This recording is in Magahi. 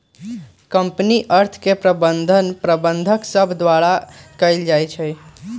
कंपनी अर्थ के प्रबंधन प्रबंधक सभ द्वारा कएल जाइ छइ